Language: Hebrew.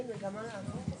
אני ידעתי לבקר גם אז.